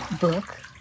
book